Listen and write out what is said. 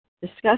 discuss